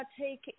take